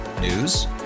News